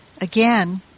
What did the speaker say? again